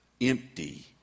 empty